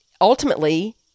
Ultimately